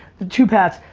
the two paths.